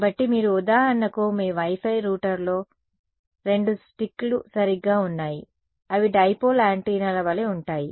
కాబట్టి మీరు ఉదాహరణకు మీ Wi Fi రూటర్లో రెండు స్టిక్లు సరిగ్గా ఉన్నాయి అవి డైపోల్ యాంటెన్నాల వలె ఉంటాయి